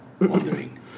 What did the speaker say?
Wondering